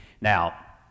Now